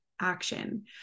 action